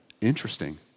Interesting